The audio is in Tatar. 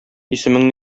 исемең